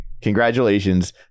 congratulations